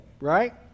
right